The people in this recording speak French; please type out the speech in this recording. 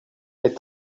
est